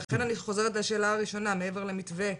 ולכן אני חוזרת לשאלה הראשונה: מעבר למתווה,